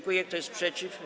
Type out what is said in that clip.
Kto jest przeciw?